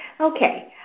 Okay